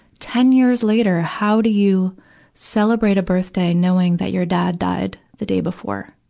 ten years later, how do you celebrate a birthday, knowing that your dad died the day before?